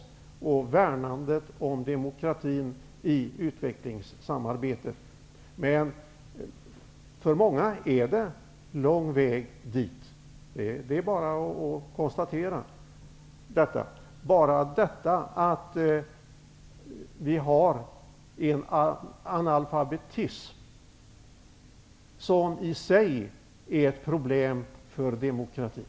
Det gäller också värnandet om demokratin i utvecklingssamarbetet. Men för många länder är det en lång väg dit. Det är bara att konstatera. Bara analfabetismen utgör i sig ett problem för demokratin.